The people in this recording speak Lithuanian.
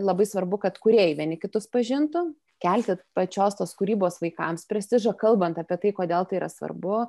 labai svarbu kad kūrėjai vieni kitus pažintų kelti pačios tos kūrybos vaikams prestižą kalbant apie tai kodėl tai yra svarbu